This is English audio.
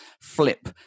flip